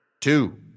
Two